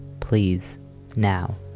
please now.